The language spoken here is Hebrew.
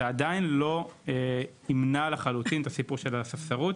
זה עדיין לא ימנע לחלוטין את הסיפור של ספסרות.